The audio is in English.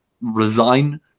resign